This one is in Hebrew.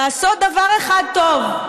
לעשות דבר אחד טוב,